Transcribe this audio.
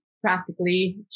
practically